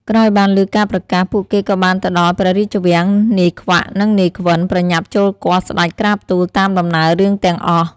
ក្រោយបានឮការប្រកាស ពួកគេក៏បានទៅដល់ព្រះរាជវាំង នាយខ្វាក់ និង នាយខ្វិន ប្រញាប់ចូលគាល់ស្តេចក្រាបទូលតាមដំណើររឿងទាំងអស់។